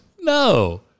No